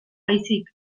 baizik